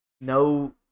No